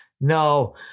no